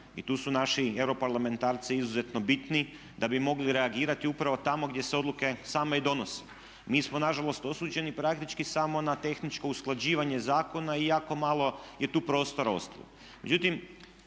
i tu su naši europarlamentarci izuzetno bitni da bi mogli reagirati upravo tamo gdje se odluke same i donose. Mi smo nažalost osuđeni praktički samo na tehničko usklađivanje zakona i jako malo je tu prostora ostalo.